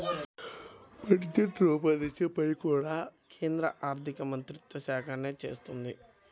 budget రూపొందించే పని కూడా కేంద్ర ఆర్ధికమంత్రిత్వ శాఖే చేస్తుంది